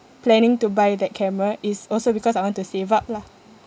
planning to buy that camera is also because I want to save up lah